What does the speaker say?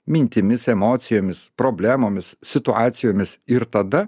mintimis emocijomis problemomis situacijomis ir tada